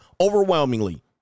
Overwhelmingly